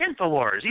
infowars